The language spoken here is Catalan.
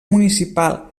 municipal